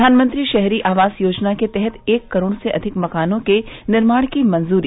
प्रधानमंत्री शहरी आवास योजना के तहत एक करोड़ से अधिक मकानों के निर्माण की मंजूरी